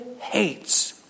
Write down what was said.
hates